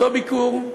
מאותו ביקור,